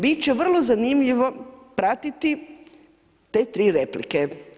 Bit će vrlo zanimljivo pratiti te tri replike.